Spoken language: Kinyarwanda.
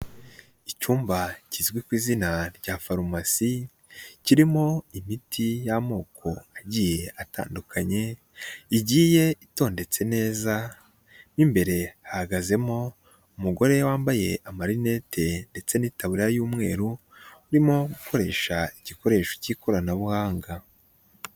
Icyumba kizwi ku izina rya farumasi kirimo imiti y'amoko agiye atandukanye igiye itondetse neza, mo imbere hahagazemo umugore wambaye amarinete ndetse n'itaburiya y'umweru, urimo gukoresha igikoresho k'ikoranabuhanga.